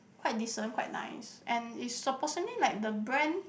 quite decent quite nice and is supposingly like the brand